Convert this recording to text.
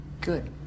Good